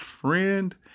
friend